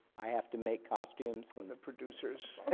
i have to make costumes? or the producers!